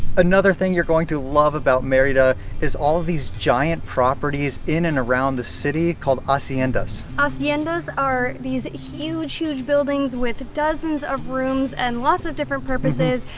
another thing you're going to love about merida is all of these giant properties in and around the city called haciendas. haciendas are these huge huge buildings with dozens of rooms and lots of different purposes.